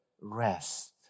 rest